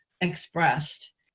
expressed